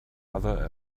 other